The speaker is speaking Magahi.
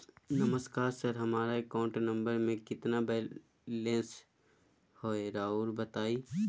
नमस्कार सर हमरा अकाउंट नंबर में कितना बैलेंस हेई राहुर बताई?